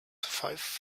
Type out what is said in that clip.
five